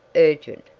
urgent.